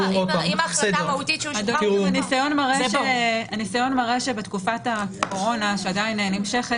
הניסיון מראה שבתקופה הקורונה, שעדיין נמשכת